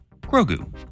Grogu